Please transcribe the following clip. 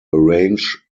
arrange